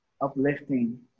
uplifting